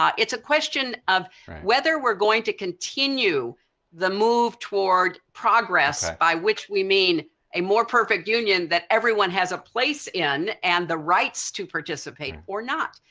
its a question of whether were going to continue the move toward progress by which we mean a more perfect union that everyone has a place in and the rights to participate or not,